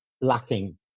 lacking